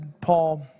Paul